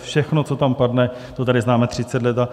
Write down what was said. Všechno, co tam padne, to tady známe 30 let.